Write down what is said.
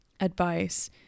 Advice